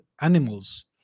animals